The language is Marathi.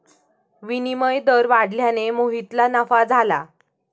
विनिमय दर वाढल्याने मोहितला नफा झाला